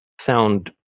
sound